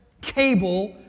cable